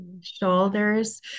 Shoulders